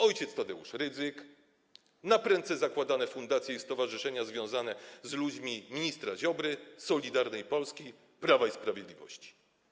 Ojciec Tadeusz Rydzyk, naprędce zakładane fundacje i stowarzyszenia związane z ludźmi ministra Ziobry, Solidarnej Polski, Prawa i Sprawiedliwości.